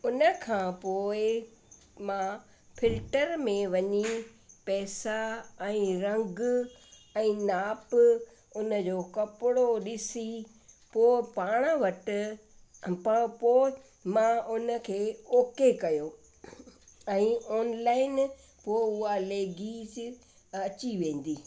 उन खां पोइ मां फिल्टर में वञी पैसा ऐं रंग ऐं नाप उन जो कपिड़ो ॾिसी पोइ पाण वटि प पोइ मां उन खे ओके कयो ऐं ऑनलाइन पोइ उहा लैगीज अची वेंदी